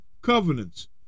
covenants